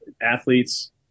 athletes